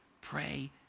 pray